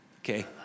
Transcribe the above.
okay